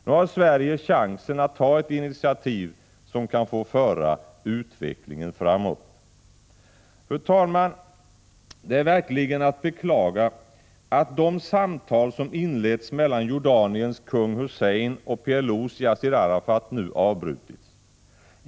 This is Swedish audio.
Nu har Sverige chansen att ta ett initiativ som kan få föra utvecklingen framåt. Fru talman! Det är verkligen att beklaga att de samtal som inletts mellan Jordaniens kung Hussein och PLO:s Yassir Arafat nu avbrutits.